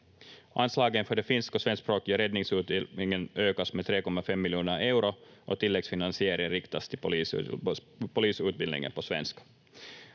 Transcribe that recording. Anslagen för den finsk- och svenskspråkiga räddningsutbildningen ökas med 3,5 miljoner euro och tilläggsfinansiering riktas till polisutbildningen på svenska.